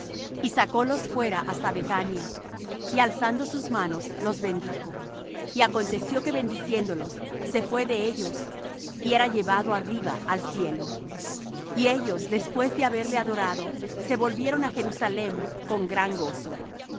y sacólos fuera hasta bethania y alzando sus manos los bendijo y aconteció que bendiciéndolos se fué de ellos y era llevado arriba al cielo y ellos después de haberle adorado se volvieron á jerusalem con gran gozo